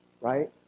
right